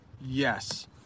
yes